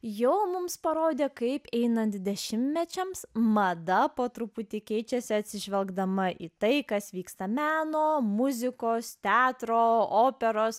jo mums parodė kaip einant dvidešimtmečiams mada po truputį keičiasi atsižvelgdama į tai kas vyksta meno muzikos teatro operos